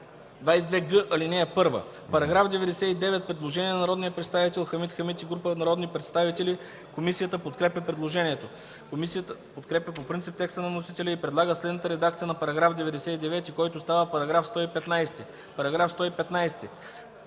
22г, ал. 1.” По § 99 има предложение на народния представител Хамид Хамид и група народни представители. Комисията подкрепя предложението. Комисията подкрепя по принцип текста на вносителя и предлага следната редакция на § 99, който става § 115: